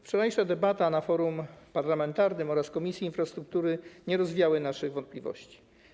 Wczorajsza debata na forum parlamentarnym oraz w Komisji Infrastruktury nie rozwiała naszych wątpliwości.